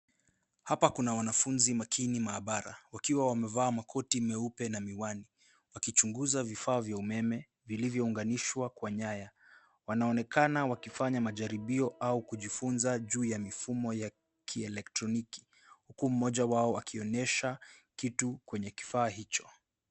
Hapa kuna wanafunzi makini maabara, wakiwa wamevaa makoti meupe na miwani, wakichunguza vifaa vya umeme vilivyounganishwa kwa nyaya. Wanaonekana wakifanya majaribio au kujifunza juu ya mifumo ya kielektroniki huku moja wao akionyesha kitu kwenye kifaa hicho.